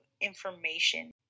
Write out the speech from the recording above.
information